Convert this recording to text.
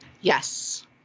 Yes